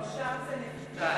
גם שם זה נכשל.